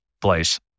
place